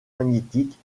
magnétique